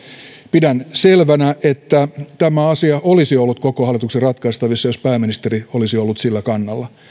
pidän selvänä että tämä asia olisi ollut koko hallituksen ratkaistavissa jos pääministeri olisi ollut sillä kannalla